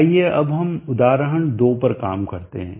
आइए अब हम उदाहरण दो पर काम करते हैं